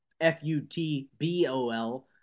F-U-T-B-O-L